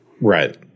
Right